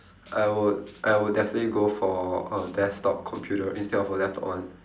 I would I would definitely go for a desktop computer instead of a laptop one